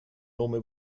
nome